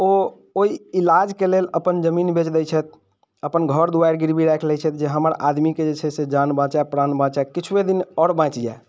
ओ ओइ इलाजके लेल अपन जमीन बेच दै छथि अपन घर दुआरि गिरवी राखि लै छथि जे हमर आदमीके जे छै से जान बाँचे प्राण बाँचै किछुवे दिन आओर बाँचि जाइ